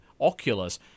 Oculus